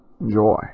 Enjoy